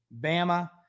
Bama